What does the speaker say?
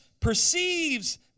perceives